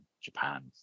Japan